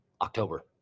October